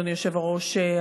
אדוני היושב-ראש,